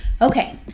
Okay